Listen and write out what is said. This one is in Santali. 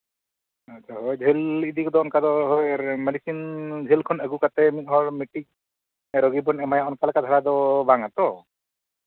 ᱟᱪᱪᱷᱟ ᱦᱳᱭ ᱡᱷᱟᱹᱞ ᱤᱫᱤ ᱠᱟᱛᱮᱫ ᱚᱱᱠᱟ ᱫᱚ ᱢᱮ ᱰᱤᱥᱤᱱ ᱡᱷᱟᱹᱞ ᱠᱷᱚᱱ ᱟᱹᱜᱩ ᱠᱟᱛᱮᱫ ᱢᱤᱫᱦᱚᱲ ᱢᱤᱫᱴᱤᱡ ᱨᱳᱜᱤ ᱵᱚᱱ ᱮᱢᱟᱭᱟ ᱚᱱᱠᱟ ᱞᱮᱠᱟ ᱫᱷᱟᱨᱟ ᱵᱟᱝᱟ ᱛᱚ